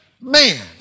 man